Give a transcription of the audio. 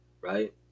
right